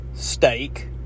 Steak